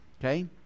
Okay